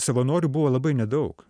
savanorių buvo labai nedaug